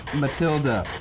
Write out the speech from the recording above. matilda.